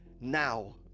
now